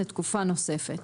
לתקופה נוספת'.